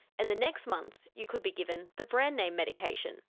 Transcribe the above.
and the next month you could be given the brand-name medication.